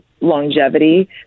longevity